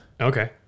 Okay